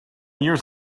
years